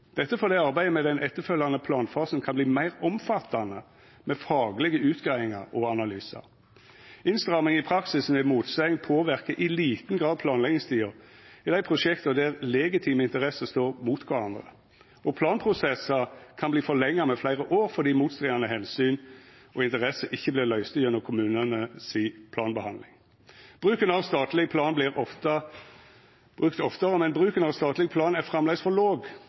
dette fordi arbeidet med den etterfølgjande planfasen kan verta meir omfattande, med faglege utgreiingar og analysar. Innstramming i praksisen ved motsegn påverkar i liten grad planleggingstida i dei prosjekta der legitime interesser står mot kvarandre, og planprosessar kan verta forlengde med fleire år fordi motstridande omsyn og interesser ikkje vert løyste gjennom kommunane si planbehandling. Statleg plan vert brukt oftare, men bruken av statleg plan er framleis for låg,